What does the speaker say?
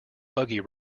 buggy